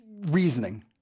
Reasoning